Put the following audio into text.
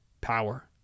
power